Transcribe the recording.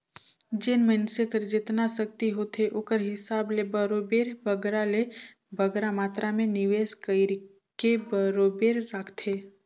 जेन मइनसे कर जेतना सक्ति होथे ओकर हिसाब ले बरोबेर बगरा ले बगरा मातरा में निवेस कइरके बरोबेर राखथे